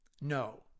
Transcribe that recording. No